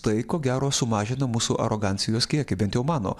tai ko gero sumažina mūsų arogancijos kiekį bent jau mano